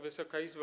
Wysoka Izbo!